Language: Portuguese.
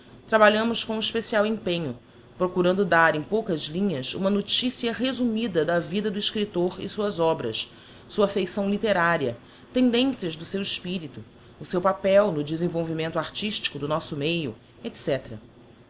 trabalhamos com especial empenho procurando dar em poucas linhas uma noticia resumida da vida do escriptor suas obras sua feição literária tendências do seu espirito o seu papel no desenvolvimento artístico do nosso meio